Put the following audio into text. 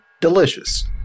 delicious